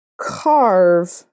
carve